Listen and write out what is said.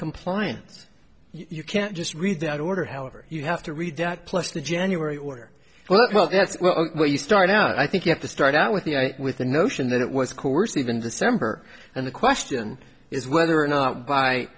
compliance you can't just read that order however you have to read that plus the january order well that's where you start out i think you have to start out with the with the notion that it was coerced or even december and the question is whether or not by